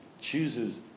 Chooses